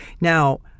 Now